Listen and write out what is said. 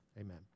amen